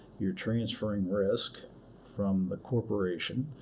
you're transferring risk from the corporation.